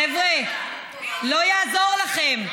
חבר'ה, לא יעזור לכם,